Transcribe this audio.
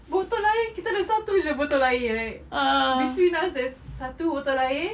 botol air kita ada satu jer botol air right between us there's satu botol air